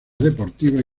deportivas